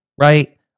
right